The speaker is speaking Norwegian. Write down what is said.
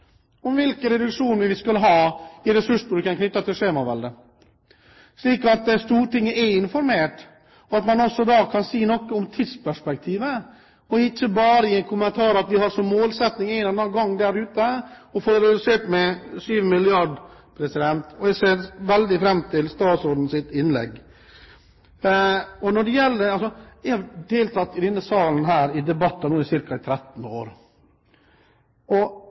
hvilke reduksjoner vi skal ha i ressursbruken knyttet til skjemaveldet, slik at Stortinget er informert, og at man også kan si noe om tidsperspektivet og ikke bare gi kommentarer om at vi har som målsetting en eller annen gang der ute å få det redusert med 7 mrd. kr. Jeg ser veldig fram til statsrådens innlegg. Jeg har nå deltatt i debatter i denne salen i ca. 13 år. Gang på gang har jeg hørt nettopp i store, flotte visjoner og